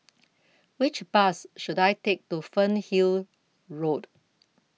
Which Bus should I Take to Fernhill Road